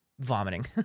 vomiting